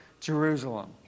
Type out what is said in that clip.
Jerusalem